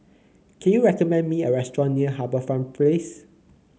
can you recommend me a restaurant near HarbourFront Place